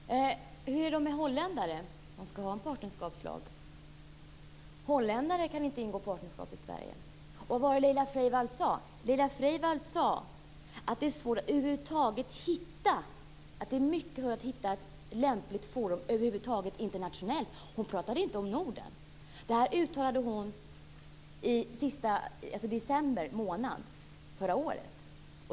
Herr talman! Hur är det med holländare? De skall ha en partnerskapslag. Holländare kan inte ingå partnerskap i Sverige. Vad var det Laila Freivalds sade? Hon sade att det är svårt att över huvud taget hitta ett lämpligt forum internationellt. Hon talade inte om Norden. Detta uttalade hon i december månad förra året.